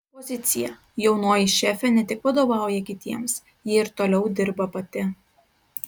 pozicija jaunoji šefė ne tik vadovauja kitiems ji ir toliau dirba pati